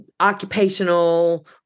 occupational